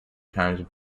times